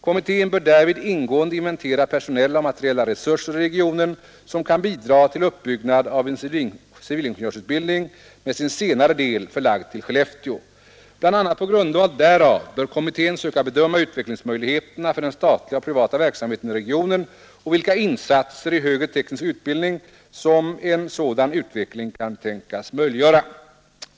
Kommittén bör därvid ingående inventera personella och materiella resurser i regionen som kan bidra till uppbyggnad av en civilingenjörsutbildning med sin senare del förlagd till Skellefteå. Bl.a. på grundval därav bör kommittén söka bedöma utvecklingsmöjligheterna för den statliga och privata verksamheten i regionen och vilka insatser i högre teknisk utbildning som en sådan utveckling kan tänkas möjliggöra.